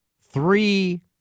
Three